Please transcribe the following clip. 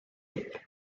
egg